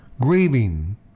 Grieving